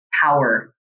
power